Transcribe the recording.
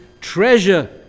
treasure